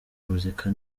muzika